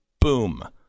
Boom